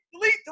delete